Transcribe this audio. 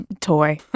toy